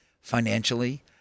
financially